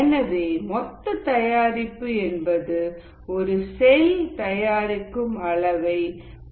எனவே மொத்த தயாரிப்பு என்பது ஒரு செல் தயாரிக்கும் அளவை மொத்த செல்களின் எண்ணிக்கையோடு பெருக்குவது